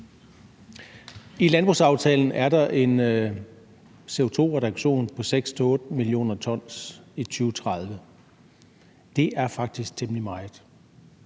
I landbrugsaftalen er der en CO2-reduktion på 6-8 mio. t i 2030. Det er faktisk temmelig meget.